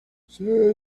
sadly